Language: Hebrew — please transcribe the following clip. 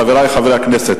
חברי חברי הכנסת,